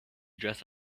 dress